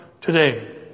today